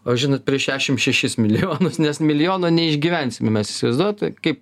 o žinot prieš šešim šešis milijonus nes milijono neišgyvensime mes įsivaizduojat kaip